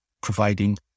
providing